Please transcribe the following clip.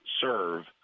serve